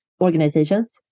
organizations